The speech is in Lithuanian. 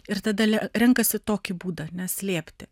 ir tada renkasi tokį būdą ane slėpti